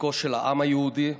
בחוזקו של העם היהודי,